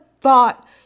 thought